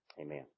Amen